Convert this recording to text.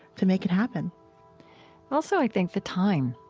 to make it happen also, i think the time,